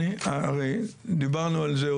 הרי דיברנו על זה,